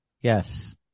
Yes